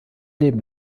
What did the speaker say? leben